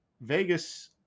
Vegas